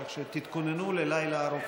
כך שתתכוננו ללילה ארוך.